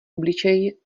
obličej